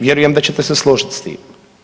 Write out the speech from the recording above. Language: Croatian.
Vjerujem da ćete se složiti s tim.